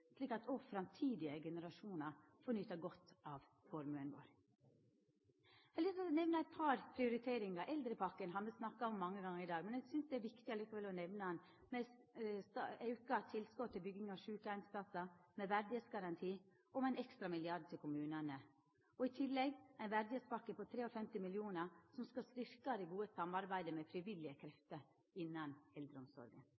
slik at framtidige generasjonar òg får nyta godt av formuen vår. Eg har lyst til å nemna eit par prioriteringar. Eldrepakken har me snakka om mange gonger i dag. Eg synest likevel det er viktig å nemna auka tilskot til bygging av sjukeheimsplassar, med verdigheitsgaranti og med ein ekstra milliard til kommunane. I tillegg har me ein verdigheitpakke på 53 mill. kr, som skal styrkja det gode samarbeidet med frivillige